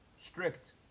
strict